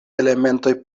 elementoj